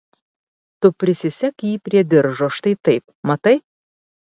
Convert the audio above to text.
tu prisisek jį prie diržo štai taip matai